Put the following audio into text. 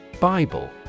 Bible